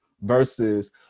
versus